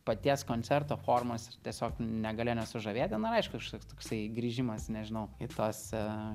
paties koncerto formos ir tiesiog negalėjo nesužavėti na ir aišku kažkoks toksai grįžimas nežinau į tuos aaa